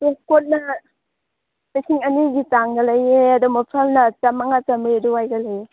west ꯀꯣꯠꯅ ꯂꯤꯁꯤꯡ ꯑꯅꯤꯒꯤ ꯆꯥꯡꯗ ꯂꯩꯌꯦ ꯑꯗꯣ ꯃꯣꯐꯂꯥꯔꯅ ꯆꯥꯝꯃꯉꯥ ꯆꯥꯝꯃꯔꯤ ꯑꯗꯨꯋꯥꯏꯗ ꯂꯩꯌꯦ